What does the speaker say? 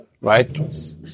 right